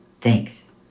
Thanks